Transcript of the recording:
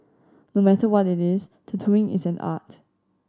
no matter what it is tattooing is an art